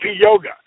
Yoga